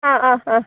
ആ ആ ഹാ